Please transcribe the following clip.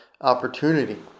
opportunity